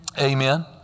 Amen